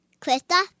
Krista